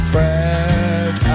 Fred